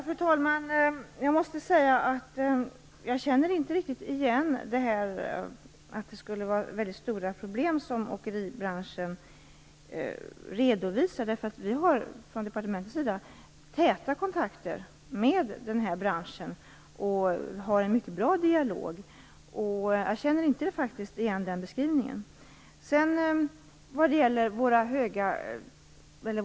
Fru talman! Jag måste säga att jag inte riktigt känner igen detta att åkeribranschen skulle redovisa väldigt stora problem. Vi har från departementets sida täta kontakter och en mycket bra dialog med den här branschen, och jag känner faktiskt inte igen den beskrivningen.